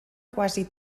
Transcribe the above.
quasi